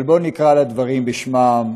אבל בוא נקרא לדברים בשמם.